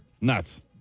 nuts